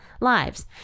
lives